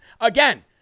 Again